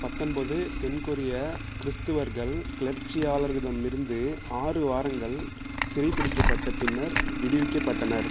பத்தொன்பது தென்கொரிய கிறிஸ்தவர்கள் கிளர்ச்சியாளர்களிடமிருந்து ஆறு வாரங்கள் சிறைபிடிக்கப்பட்ட பின்னர் விடுவிக்கப்பட்டனர்